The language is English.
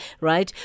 right